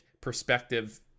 perspective